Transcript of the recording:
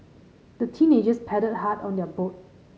the teenagers paddled hard on their boat